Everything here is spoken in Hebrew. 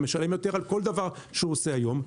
משלם יותר על כל דבר שהוא עושה היום,